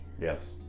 Yes